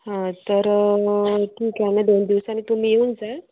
हां तर ठीक आहे ना दोन दिवसांनी तुम्ही येऊन जाल